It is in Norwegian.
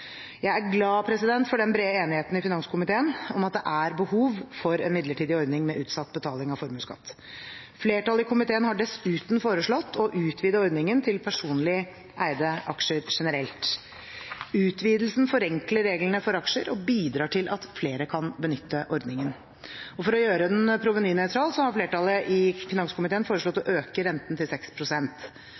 Jeg er glad for den brede enigheten i finanskomiteen om at det er behov for en midlertidig ordning med utsatt betaling av formuesskatt. Flertallet i komiteen har dessuten foreslått å utvide ordningen til personlig eide aksjer generelt. Utvidelsen forenkler reglene for aksjer og bidrar til at flere kan benytte ordningen, og for å gjøre den provenynøytral har flertallet i finanskomiteen foreslått å øke renten til